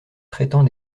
traitant